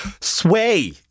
sway